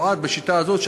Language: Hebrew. השיטה הזאת נועדה,